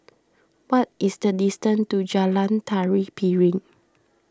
what is the distance to Jalan Tari Piring